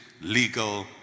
legal